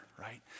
right